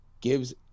gives